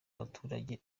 baturage